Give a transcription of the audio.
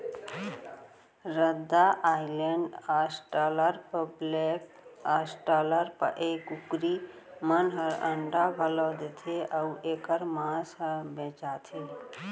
रद्दा Island, Australorp, black Australorp ए कुकरी मन ह अंडा घलौ देथे अउ एकर मांस ह बेचाथे